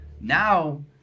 Now